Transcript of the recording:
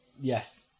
Yes